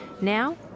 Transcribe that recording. Now